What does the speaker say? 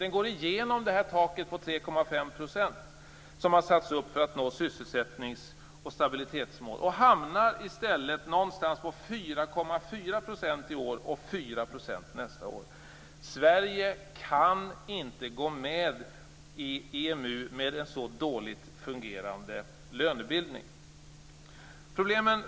Den går igenom det tak på 3,5 % som satts för att nå sysselsättnings och stabilitetsmål och hamnar i stället någonstans på 4,4 % i år och 4 % nästa år. Sverige kan inte gå med i EMU med en så dåligt fungerande lönebildning. Fru talman!